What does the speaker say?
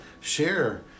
share